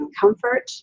comfort